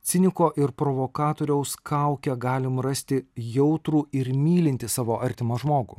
ciniko ir provokatoriaus kauke galim rasti jautrų ir mylintį savo artimą žmogų